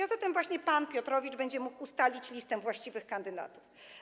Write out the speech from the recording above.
A zatem właśnie pan Piotrowicz będzie mógł ustalić listę właściwych kandydatów.